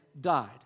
died